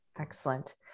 Excellent